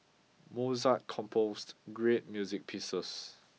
Mozart composed great music pieces